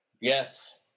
Yes